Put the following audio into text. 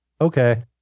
Okay